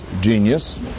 genius